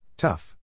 Tough